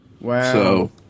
Wow